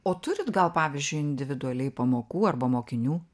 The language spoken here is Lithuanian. o turit gal pavyzdžiui individualiai pamokų arba mokinių